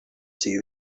see